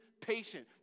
patient